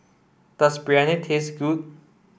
does Biryani taste good